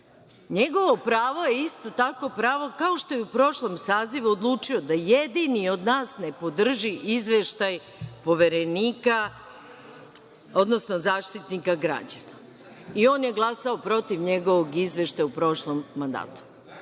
NJegovo pravo je isto tako pravo, kao što je u prošlom sazivu odlučio da jedini od nas ne podrži izveštaj Poverenika, odnosno Zaštitnika građana i on je glasao protiv njegovog izveštaja u prošlom mandatu.